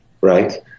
right